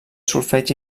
solfeig